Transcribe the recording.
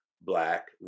black